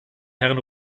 herrn